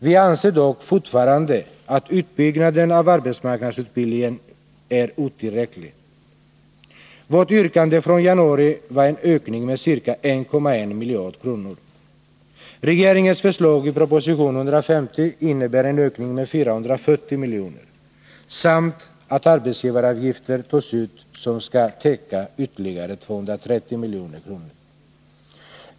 Vi anser dock fortfarande att utbyggnaden av arbetsmarknadsutbildningen är otillräcklig. Vårt yrkande från januari var en ökning med ca 1,1 miljard kronor. Regeringens förslag i proposition 150 innebär en ökning med 440 miljoner samt att arbetsgivaravgifter tas ut som skall täcka ytterligare 230 milj.kr.